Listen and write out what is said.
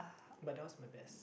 but that was my best